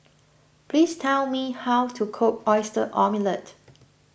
please tell me how to cook Oyster Omelette